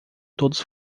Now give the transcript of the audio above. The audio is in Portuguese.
todos